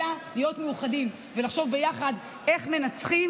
אלא להיות מאוחדים ולחשוב ביחד איך מנצחים